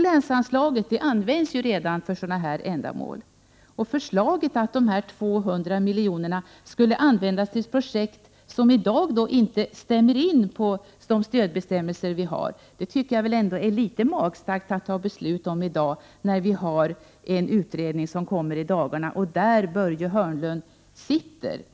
Länsanslaget används ju redan till sådana här ändamål. Förslaget att dessa 200 miljoner skall användas till projekt som i dag inte stämmer in på de stödbestämmelser som vi har, tycker jag att det är litet magstarkt att fatta beslut om nu, när en utredning — som Börje Hörnlund deltar i — i dagarna lägger fram sitt slutbetänkande.